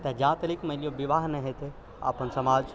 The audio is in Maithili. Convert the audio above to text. तऽ जा तक मानिलियौ विवाह नै हेतै अपन समाज